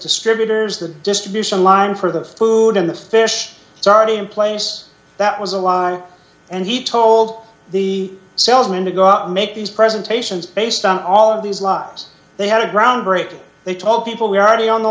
distributors the distribution line for the food and the fish so already in place that was a lie and he told the salesmen to go out and make these presentations based on all of these lives they had a groundbreaking they told people we are already on the